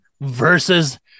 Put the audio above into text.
versus